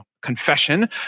confession